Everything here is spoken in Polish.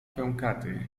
pękaty